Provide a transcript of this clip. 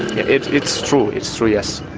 it's it's true, it's true, yes.